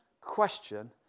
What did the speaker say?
question